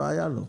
ולא היה לו.